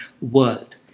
world